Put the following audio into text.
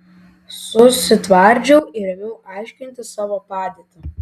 susitvardžiau ir ėmiau aiškinti savo padėtį